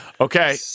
Okay